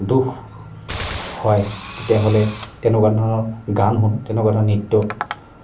দুখ হয় তেতিয়াহ'লে তেনেকুৱা ধৰণৰ গান শুনোঁ তেনেকুৱা ধৰণৰ নৃত্য